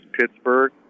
Pittsburgh